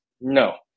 no